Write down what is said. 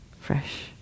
fresh